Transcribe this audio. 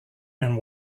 and